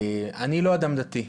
אני לא אדם דתי.